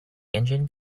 engine